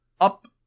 up